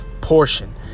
portion